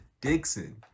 Dixon